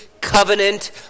covenant